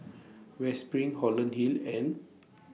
West SPRING Holland Hill and